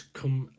come